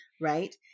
right